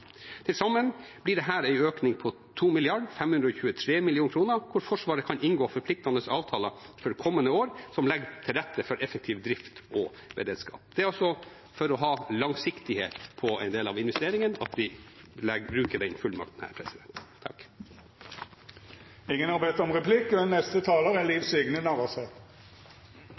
Til sammen blir dette en økning på 2,523 mrd. kr, hvor Forsvaret kan inngå forpliktende avtaler for kommende år som legger til rette for effektiv drift og beredskap. Det er altså for å ha langsiktighet på en del av investeringen at vi bruker denne fullmakten. Ettersom representanten tok med feil innlegg i stad og